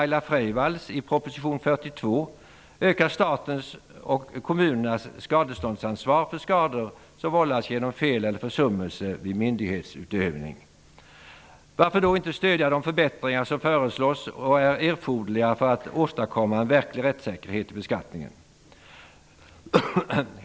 42 öka statens och kommunernas skadeståndsansvar för skador som vållas genom fel eller försummelse vid myndighetsutövning. Varför då inte stödja de förbättringar som föreslås och som är erfoderliga för att åstadkomma en verklig rättssäkerhet i beskattningen?